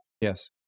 Yes